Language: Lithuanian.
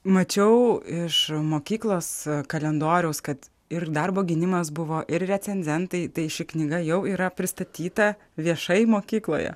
mačiau iš mokyklos kalendoriaus kad ir darbo gynimas buvo ir recenzentai tai ši knyga jau yra pristatyta viešai mokykloje